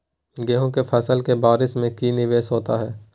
गेंहू के फ़सल के बारिस में की निवेस होता है?